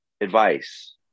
advice